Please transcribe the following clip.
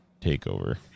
takeover